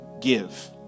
give